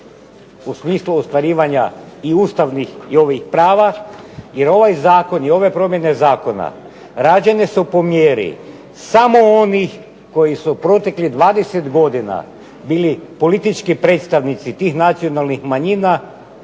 u smislu ostvarivanja i ustavnih i ovih prava. Jer ovaj zakon i ove promjene zakona rađene su po mjeri samo onih koji su u proteklih 20 godina bili politički predstavnici tih nacionalnih manjina